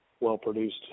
well-produced